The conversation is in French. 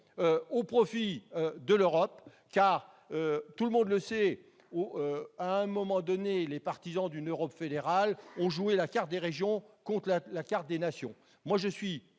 au profit de l'Europe. Or, tout le monde le sait, à un moment donné, les partisans d'une Europe fédérale ont joué la carte des régions contre celle des nations. Je suis